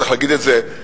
צריך להגיד במיקרופון,